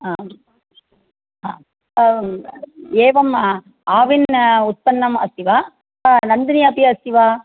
आम् आ एवम् आविन् उत्पन्नम् अस्ति वा नन्दिनी अपि अस्ति वा